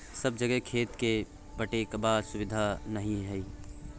सब जगह खेत केँ पटेबाक सुबिधा नहि छै